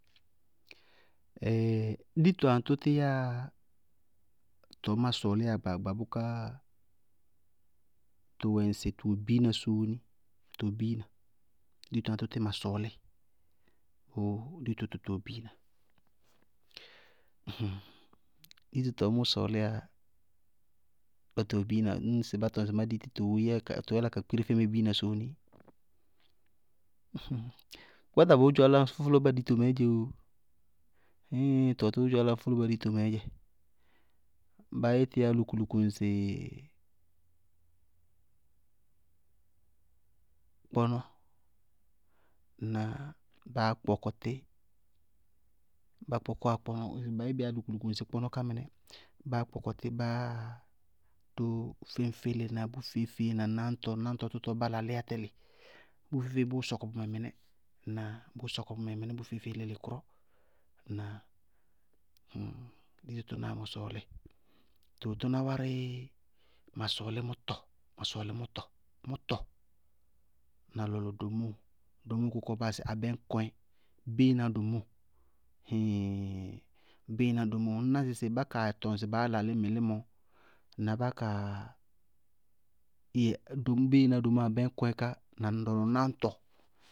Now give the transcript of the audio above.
dito aŋtʋ yáa tɔɔ má sɔɔlɩyá gbaagba bʋká tʋwɛ ŋsɩ tʋyɛ biina sóóni? Lɔ tʋwɛ biina? Dito aŋtʋ tíí ma sɔɔlíɩ bʋʋ dito tʋ tʋwɛ biina? dito tɔɔ mʋʋ sɔɔlɩyá lɔ tʋ wɛ biina ñŋsɩ bá tɔŋ sɩ má ditɩ tʋʋ yála ka kpéri fɛmɛ biina sóóni, bʋ kpáta bʋʋ dzʋ áláñfʋlʋñba dito mɛɛ dzeoo, ɩíɩŋ tʋwɛ tʋʋ dzʋ áláñfʋlʋñba dito mɛɛ dzɛ. Ba tɩí kulukuluu ŋsɩ: kpɔnɔ. Ŋnáa? Báá kpɔkɔwa tí, bá kpɔkɔ a kpɔnɔ ba yɛbíí yá kulukulu ŋsɩ kpɔnɔ ká mɩnɛ, báá kpɔkɔ tí báá dʋ féñfélená bʋ feé-feé na náñtɔ, náñtɔ tɔtɔ bá lalɩyá tɛlɩ, bʋ feé-feé bʋʋ sɔkɔ bʋmɛ mɩnɛ ŋnáa? Bʋʋ sɔkɔ bʋmɛ mɩnɛ, bʋ feé-feé lelekʋrɔ. Ŋnáa? dito tʋnáá mʋ sɔɔlíɩ, tɔɔ tʋná wárɩ, ma sɔɔlí mʋtɔ, ma sɔɔlí mʋtɔ, mʋtɔ na lɔlɔ domóo, domóo kʋ kɔɔ baa yáa sɩ abɛñkɔɛ, béená domóo hɩɩɩŋ béená domóo, ŋñná sɩsɩ bá kaa tɔŋsɩ baá lalí mɩlímɔ na bá kaa yɛ domóo béená domóo abɛñkɔɛ ká, na dɔlɔ náñtɔ.